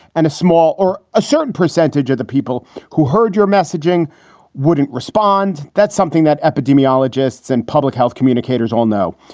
and a small or a certain percentage of the people who heard your messaging wouldn't respond. that's something that epidemiologists and public health communicators all know.